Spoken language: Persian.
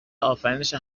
آفرینش